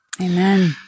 Amen